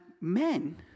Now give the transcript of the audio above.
men